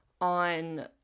on